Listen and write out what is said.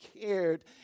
cared